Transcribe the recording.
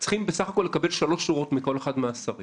צריכים בסך הכול לקבל שלוש שורות מכל אחד מהשרים